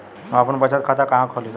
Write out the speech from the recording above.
हम आपन बचत खाता कहा खोल सकीला?